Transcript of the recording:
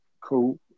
Cool